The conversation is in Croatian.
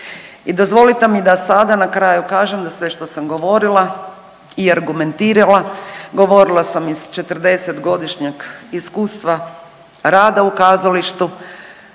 I dozvolite mi da sada na kraju kažem da se što sam govorila i argumentirala, govorila sam iz 40-godišnjeg iskustava rada u kazalištu,